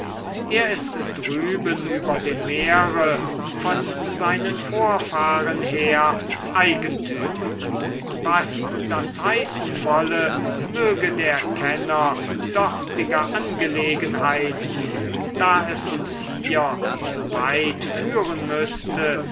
er ist drüben über dem meere von seinen vorfahren her eigentümer was das heißen wolle möge der kenner dortiger angelegenheiten da es uns hier zu weit führen müßte